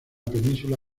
península